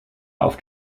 auf